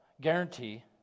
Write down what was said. guarantee